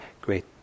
great